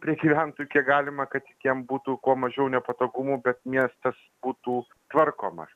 prie gyventojų kiek galima kad tik jiem būtų kuo mažiau nepatogumų bet miestas būtų tvarkomas